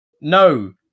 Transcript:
No